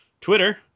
Twitter